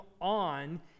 on